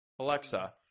Alexa